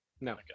no